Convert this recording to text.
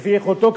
כפי יכולתו,